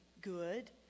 good